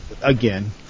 Again